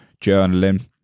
journaling